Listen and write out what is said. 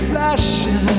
Flashing